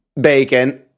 Bacon